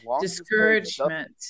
discouragement